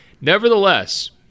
Nevertheless